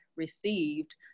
received